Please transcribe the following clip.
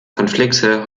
konflikte